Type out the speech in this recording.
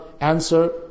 answer